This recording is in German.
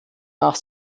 nach